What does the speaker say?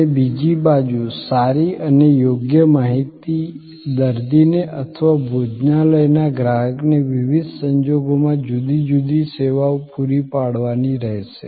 અને બીજી બાજુ સારી અને યોગ્ય માહિતી દર્દીને અથવા ભોજનાલયના ગ્રાહકને વિવિધ સંજોગોમાં જુદી જુદી સેવાઓ પૂરી પાડવાની રહેશે